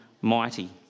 mighty